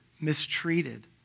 mistreated